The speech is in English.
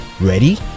Ready